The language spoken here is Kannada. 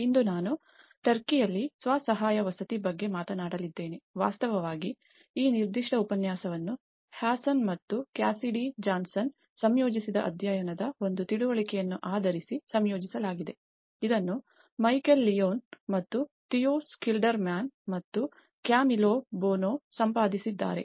ಇಂದು ನಾನು ಟರ್ಕಿಯಲ್ಲಿ ಸ್ವ ಸಹಾಯ ವಸತಿ ಬಗ್ಗೆ ಮಾತನಾಡಲಿದ್ದೇನೆ ವಾಸ್ತವವಾಗಿ ಈ ನಿರ್ದಿಷ್ಟ ಉಪನ್ಯಾಸವನ್ನು ಹ್ಯಾಸನ್ ಮತ್ತು ಕ್ಯಾಸಿಡಿ ಜಾನ್ಸನ್ ಸಂಯೋಜಿಸಿದ ಅಧ್ಯಾಯದ ಒಂದು ತಿಳುವಳಿಕೆಯನ್ನು ಆಧರಿಸಿ ಸಂಯೋಜಿಸಲಾಗಿದೆ ಇದನ್ನು ಮೈಕೆಲ್ ಲಿಯೋನ್ ಮತ್ತು ಥಿಯೋ ಸ್ಕಿಲ್ಡರ್ಮ್ಯಾನ್ ಮತ್ತು ಕ್ಯಾಮಿಲ್ಲೊ ಬೋನೊ ಸಂಪಾದಿಸಿದ್ದಾರೆ